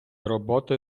роботи